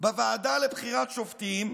בוועדה לבחירת שופטים,